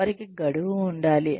వారికి గడువు ఉండాలి